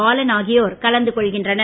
பாலன் ஆகியோர் கலந்து கொள்கின்றனர்